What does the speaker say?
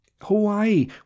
Hawaii